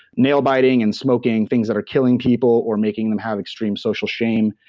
nail biting and smoking, things that are killing people or making them have extreme social shame.